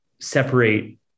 separate